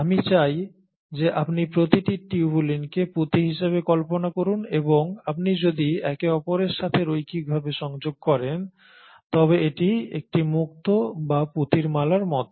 আমি চাই যে আপনি প্রতিটি টিউবুলিনকে পুঁতি হিসাবে কল্পনা করুন এবং আপনি যদি একে অপরের সাথে রৈখিকভাবে সংযোগ করেন তবে এটি একটি মুক্তো বা পুঁতির মালার মত